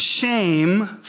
shame